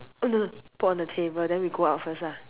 put on the table then we go out first ah